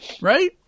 Right